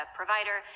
provider